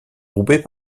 groupés